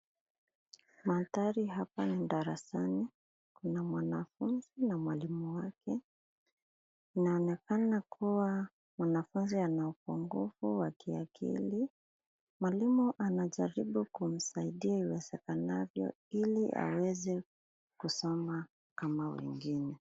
Mandhari hapa ni darasani, kuna mwanafunzi na mwalimu wake. Inaonekana kuwa mwanafunzi ana upungufu wa kiakili. Mwalimu anajaribu kumsaidia iwezekanavyo ili aweze kusoma kama wengine.